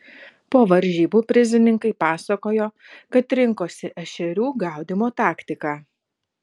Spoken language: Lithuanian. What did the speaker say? po varžybų prizininkai pasakojo kad rinkosi ešerių gaudymo taktiką